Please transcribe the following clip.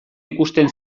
ikusten